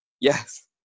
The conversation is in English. Yes